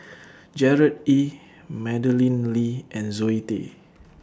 Gerard Ee Madeleine Lee and Zoe Tay